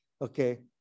okay